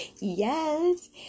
Yes